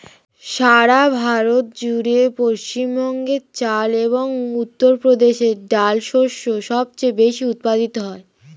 সারা ভারত জুড়ে পশ্চিমবঙ্গে চাল এবং উত্তরপ্রদেশে ডাল শস্য সবচেয়ে বেশী উৎপাদিত হয়